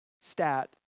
stat